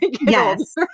Yes